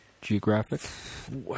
geographic